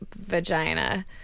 vagina